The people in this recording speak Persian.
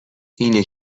اینه